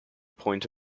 point